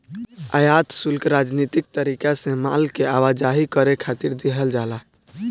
आयात शुल्क राजनीतिक तरीका से माल के आवाजाही करे खातिर देहल जाला